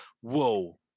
whoa